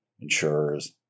insurers